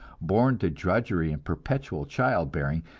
born to drudgery and perpetual child-bearing,